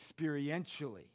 experientially